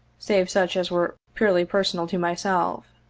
save such as were purely personal to myself.